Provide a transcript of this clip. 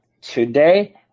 today